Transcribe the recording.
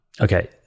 Okay